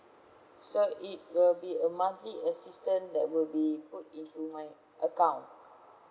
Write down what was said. so it will be a monthly assistance that will be put into my account